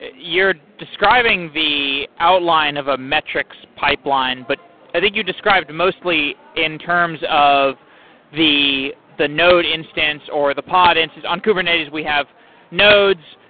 you're describing the outline of a metrics pipeline, but i think you described mostly in terms of the the node instance or the pod instance. on kubernetes we have nodes,